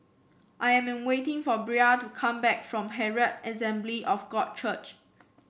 I am waiting for Bria to come back from Herald Assembly of God Church